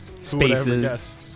Spaces